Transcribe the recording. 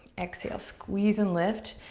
exhale, squeeze and lift.